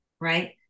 right